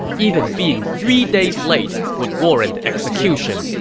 even being three days late would warrant execution.